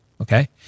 Okay